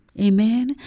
amen